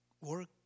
work